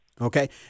Okay